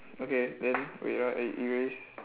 okay then wait ah I erase